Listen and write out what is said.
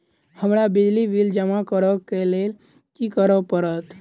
हमरा बिजली बिल जमा करऽ केँ लेल की करऽ पड़त?